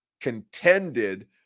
contended